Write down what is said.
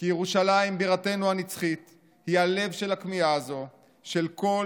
כי ירושלים בירתנו הנצחית היא הלב של הכמיהה הזאת של כל